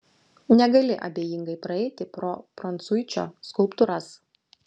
negali abejingai praeiti pro prancuičio skulptūras